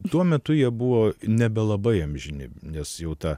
tuo metu jie buvo nebelabai amžini nes jau ta